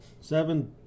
seven